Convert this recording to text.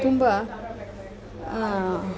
ತುಂಬ